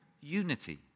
unity